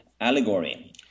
allegory